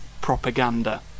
propaganda